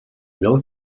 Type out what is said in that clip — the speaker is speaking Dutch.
welk